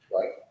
Right